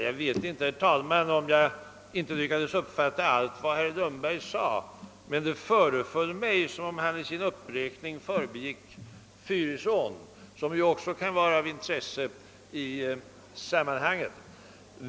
Herr talman! Jag vet inte om jag lyckades uppfatta allt vad herr Lundberg sade, men det föreföll mig som om han i sin upprepning förbigick Fyrisån, som ju också kan vara av intresse i detta sammanhang...